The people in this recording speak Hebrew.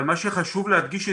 אבל מה שחשוב להדגיש,